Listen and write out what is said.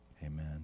Amen